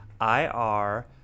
I-R